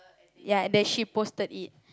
ya that she posted it